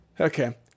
okay